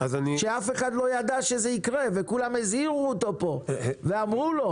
שאף אחד לא ידע שזה יקרה וכולם הזהירו אותו פה ואמרו לו: